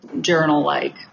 journal-like